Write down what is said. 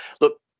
look